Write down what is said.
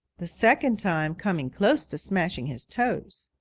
the second time coming close to smashing his toes.